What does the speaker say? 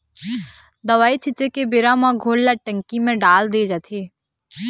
दवई छिंचे के बेरा म घोल ल टंकी म डाल दे जाथे